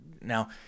Now